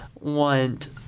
want –